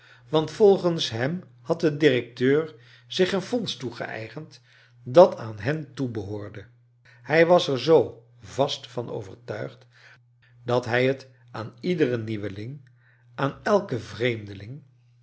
want volgens hem had de directeur zich een fonds toegeeigend dat aan hen toebehoorde hij was er zoo vast van overtuigd dat hij het aan iederen nieuweling aan elken vreemdeling